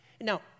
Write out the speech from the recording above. Now